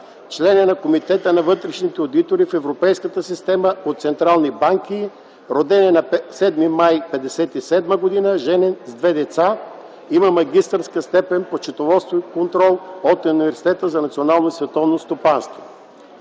Член е на Комитета на вътрешните одитори в Европейската система от централни банки. Роден е на 7 май 1957 г., женен, с две деца. Има магистърска степен по счетоводство и контрол от Университета за национално и световно стопанство.